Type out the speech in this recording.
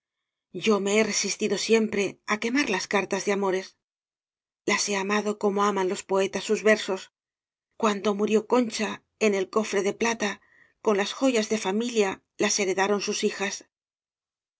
yo me he resistido siem pre á quemar las cartas de amores las he amado como aman los poetas sus versos cuando murió concha en el cofre de plata con las joyas de familia las heredaron sus hijas